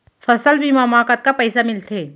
फसल बीमा म कतका पइसा मिलथे?